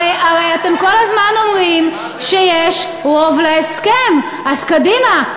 הרי אתם כל הזמן אומרים שיש רוב להסכם, אז קדימה.